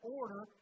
order